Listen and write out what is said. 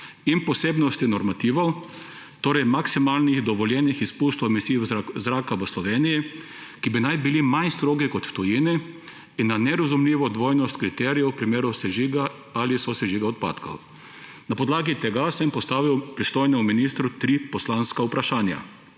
in posebnosti normativov, torej maksimalno dovoljenih izpustov emisij zraka v Sloveniji, ki naj bi bili manj strogi kot v tujini, in na nerazumljivo dvojnost kriterijev v primeru sežiga ali sosežiga odpadkov.« Na podlagi tega sem postavil pristojnemu ministru tri poslanska vprašanja.